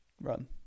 run